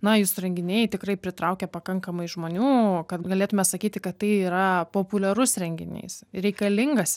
na jūsų renginiai tikrai pritraukia pakankamai žmonių kad galėtume sakyti kad tai yra populiarus renginys reikalingas